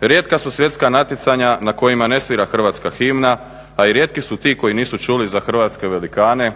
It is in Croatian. rijetka su svjetska natjecanja na kojima ne svira Hrvatska himna, a i rijetki su ti koji nisu čili za hrvatske velikane